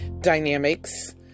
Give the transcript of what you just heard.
Dynamics